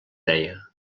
deia